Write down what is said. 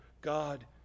God